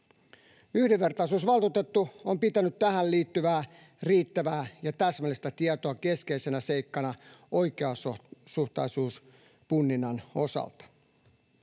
Yhdenvertaisuusvaltuutettu on pitänyt tähän liittyvää riittävää ja täsmällistä tietoa keskeisenä seikkana oikeasuhtaisuuspunninnan osalta.